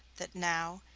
that now,